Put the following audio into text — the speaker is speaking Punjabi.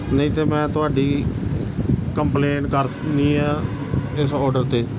ਨਹੀਂ ਤਾਂ ਮੈਂ ਤੁਹਾਡੀ ਕੰਪਲੇਂਟ ਕਰਨੀ ਆ ਇਸ ਆਰਡਰ 'ਤੇ